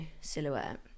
silhouette